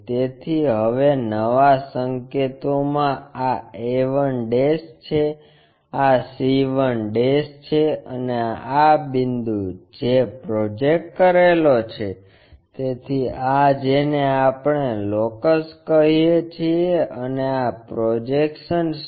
તેથી હવે નવા સંકેતોમાં આ a 1 છે આ c 1 છે અને આ બિંદુ જે પ્રોજેક્ટ કરેલો છે તેથી આ જેને આપણે લોકસ કહીએ છીએ અને આ પ્રોજેક્શન્સ છે